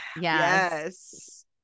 Yes